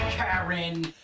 Karen